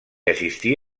assistí